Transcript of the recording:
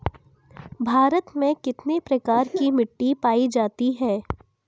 भारत में कितने प्रकार की मिट्टी पायी जाती है?